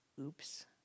Oops